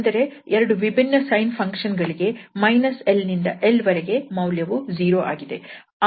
ಅಂದರೆ ಎರಡು ವಿಭಿನ್ನ sine ಫಂಕ್ಷನ್ ಗಳಿಗೆ −𝑙 ನಿಂದ 𝑙 ವರೆಗೆ ಮೌಲ್ಯವು 0 ಆಗಿದೆ